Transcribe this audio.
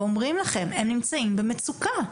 ואומרים לכם: הם נמצאים במצוקה.